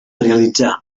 realitzar